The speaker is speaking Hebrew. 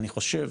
אני חושב,